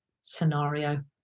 scenario